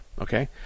okay